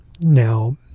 now